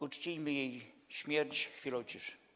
Uczcijmy jej pamięć chwilą ciszy.